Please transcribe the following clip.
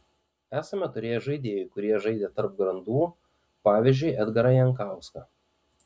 esame turėję žaidėjų kurie žaidė tarp grandų pavyzdžiui edgarą jankauską